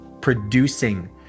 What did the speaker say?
producing